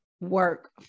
work